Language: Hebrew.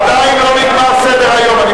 עדיין לא נגמר סדר-היום.